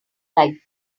like